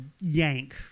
yank